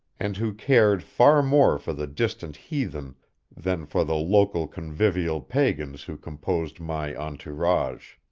and who cared far more for the distant heathen than for the local convivial pagans who composed my entourage.